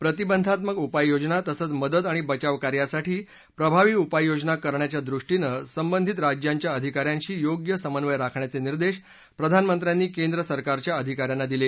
प्रतिबंधात्मक उपाययोजना तसंच मदत आणि बचाव कार्यासाठी प्रभावी उपाययोजना करण्याच्या दृष्टीनं संबंधित राज्यांच्या अधिकाऱ्यांशी योग्य समन्वय राखण्याचे निदेश प्रधानमंत्र्यांनी केंद्र सरकारच्या अधिकाऱ्यांना दिले